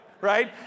Right